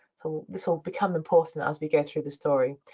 this will become important as we go through the story.